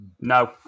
no